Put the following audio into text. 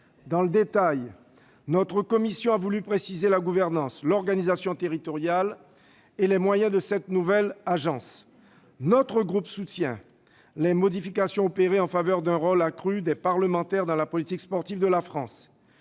Dans le détail, notre commission a voulu préciser la gouvernance, l'organisation territoriale et les moyens de cette nouvelle agence. Les membres de notre groupe soutiennent les modifications opérées en faveur d'un rôle accru des parlementaires dans la politique sportive de la France.